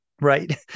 right